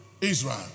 Israel